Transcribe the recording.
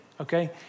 okay